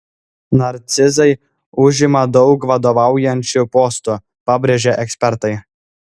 narcizai užima daug vadovaujančių postų pabrėžia ekspertai